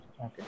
Okay